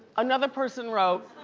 another person wrote.